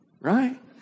right